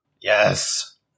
Yes